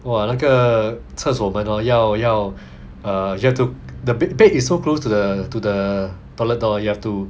!wah! 那个厕所门 hor 要要 uh you have to the bed bed is so close to the to the toilet door you have to